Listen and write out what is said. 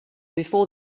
before